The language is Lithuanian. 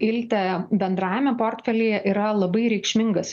ilte bendrajame portfelyje yra labai reikšmingas